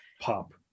pop